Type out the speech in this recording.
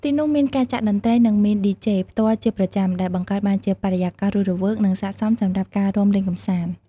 ទីនោះមានការចាក់តន្ត្រី និងមាន ឌីជេ (DJ) ផ្ទាល់ជាប្រចាំ ដែលបង្កើតបានជាបរិយាកាសរស់រវើក និងស័ក្តិសមសម្រាប់ការរាំលេងកម្សាន្ត។